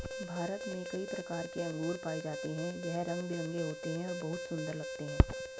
भारत में कई प्रकार के अंगूर पाए जाते हैं यह रंग बिरंगे होते हैं और बहुत सुंदर लगते हैं